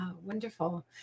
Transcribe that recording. Wonderful